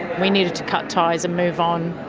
we needed to cut ties and move on.